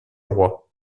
roi